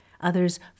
others